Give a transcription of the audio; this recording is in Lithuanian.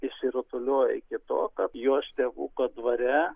išsirutuliojo iki to kad jos tėvuko dvare